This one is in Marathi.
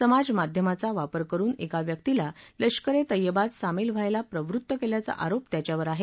समाजमाध्यमाचा वापर करुन एका व्यक्तीला लष्करे तैयबात सामील व्हायला प्रवृत्त केल्याचा आरोप त्याच्यावर आहे